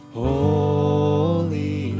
holy